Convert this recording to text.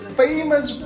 famous